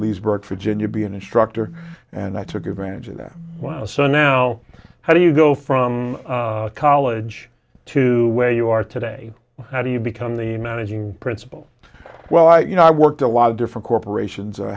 leesburg virginia be an instructor and i took advantage of that wow so now how do you go from college to where you are today how do you become the managing principal well i you know i worked a lot of different corporations